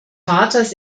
vaters